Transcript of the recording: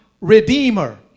Redeemer